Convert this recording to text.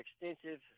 extensive